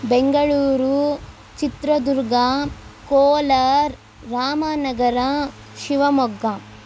Bengaluru Chitradurga Kolar Ramanagara Shivamogga